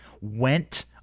went